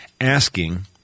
asking